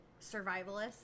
survivalists